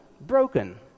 broken